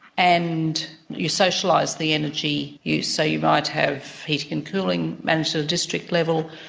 and you socialise the energy use. so you might have heating and cooling managed at a district level,